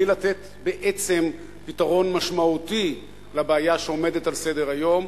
מבלי לתת בעצם פתרון משמעותי לבעיה שעומדת על סדר-היום.